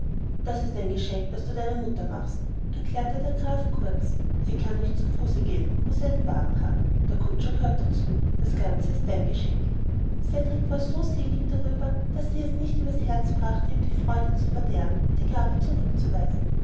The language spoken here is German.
das ist ein geschenk das du deiner mutter machst erklärte der graf kurz sie kann nicht zu fuße gehen und muß einen wagen haben der kutscher gehört auch dazu das ganze ist dein geschenk cedrik war so selig darüber daß sie es nicht übers herz brachte ihm die freude zu verderben und die gabe zurückzuweisen